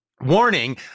Warning